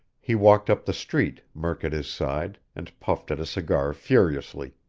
he walked up the street, murk at his side, and puffed at a cigar furiously.